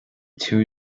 too